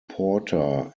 porter